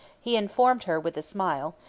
he informed her, with a smile,